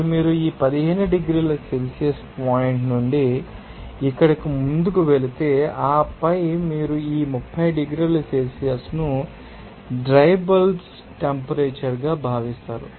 ఇప్పుడు మీరు ఈ 15 డిగ్రీల సెల్సియస్ పాయింట్ నుండి ఇక్కడకు ముందుకు వెళితే ఆపై మీరు ఈ 30 డిగ్రీల సెల్సియస్ను డ్రై బల్బ్ టెంపరేచర్ గా భావిస్తారు